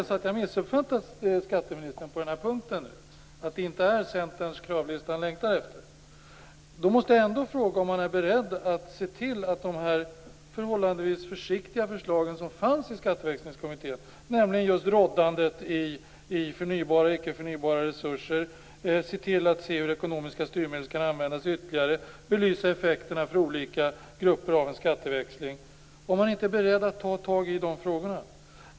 Om jag har missuppfattat skatteministern på den här punkten, att det inte är Centerns kravlista han längtar efter, måste jag ändå fråga om han är beredd att ta tag i de förhållandevis försiktiga förslag som fanns i Skatteväxlingskommittén, nämligen just råddandet i förnybara eller icke-förnybara resurser, hur ekonomiska styrmedel kan användas ytterligare och en belysning av skatteväxlingens effekter för olika grupper.